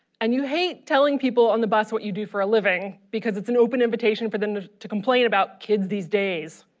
and you hate telling people on the bus what you do for a living because it's an open invitation for them to complain about kids these days.